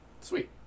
Sweet